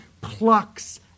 plucks